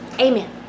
amen